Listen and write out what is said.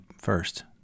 first